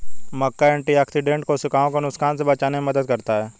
मक्का antioxidant कोशिकाओं को नुकसान से बचाने में मदद करता है